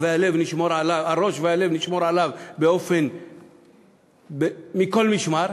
הראש והלב, נשמור עליהם מכל משמר,